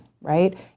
right